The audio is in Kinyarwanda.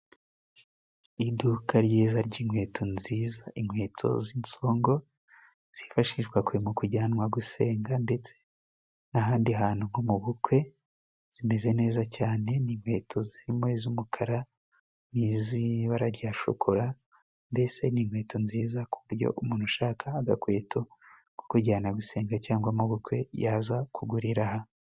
Iduka ryiza jy'inkweto nziza, inkweto z'insongo zifashishwa mu kujyanwa gusenga, ndetse n'ahandi hantu nko mu bukwe, zimeze neza cyane. Ni inkweto zimwe z'umukara n'iz'ibara rya shokora, mbese ni inkweto nziza ku bujyo umuntu ushaka nk'agakweto ko kujyana gusenga cyangwa mu bukwe yaza kugurira aha.